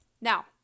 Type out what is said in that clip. Now